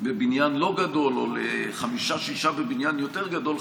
או שלושה דיירים בבניין לא גדול או לחמישה-שישה בבניין יותר גדול,